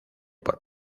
por